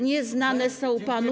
Nieznane są panu?